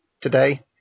today